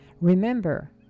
Remember